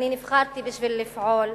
נבחרתי בשביל לפעול.